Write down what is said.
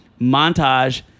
montage